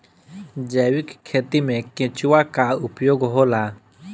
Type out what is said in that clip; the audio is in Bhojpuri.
जैविक खेती मे केचुआ का उपयोग होला?